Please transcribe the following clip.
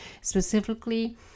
specifically